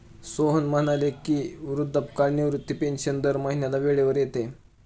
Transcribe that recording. सोहन म्हणाले की, वृद्धापकाळ निवृत्ती पेन्शन दर महिन्याला वेळेवर येते